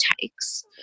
takes